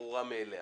וברורה מאליה.